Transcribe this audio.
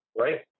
right